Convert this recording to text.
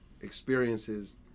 experiences